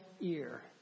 ear